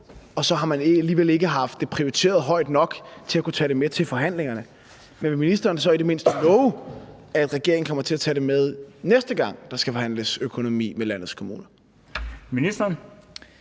og så har man alligevel ikke prioriteret det højt nok til at kunne tage det med til forhandlingerne. Men vil ministeren så i det mindste love, at regeringen kommer til at tage det med, næste gang der skal forhandles økonomi med landets kommuner? Kl.